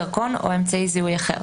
דרכון או אמצעי זיהוי אחר.